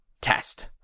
test